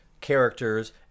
characters